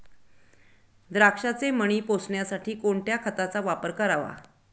द्राक्षाचे मणी पोसण्यासाठी कोणत्या खताचा वापर करावा?